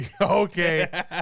Okay